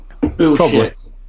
Bullshit